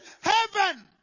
heaven